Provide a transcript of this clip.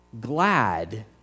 Glad